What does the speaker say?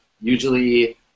usually